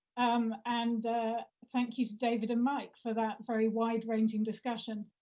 um and thank you to david and mike for that very wide ranging discussion.